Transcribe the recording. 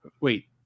Wait